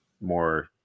more